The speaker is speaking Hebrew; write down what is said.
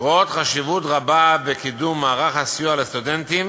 רואות חשיבות רבה בקידום מערך הסיוע לסטודנטים,